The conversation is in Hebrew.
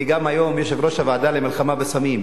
אני, גם, היום יושב-ראש הוועדה למלחמה בסמים,